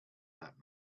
that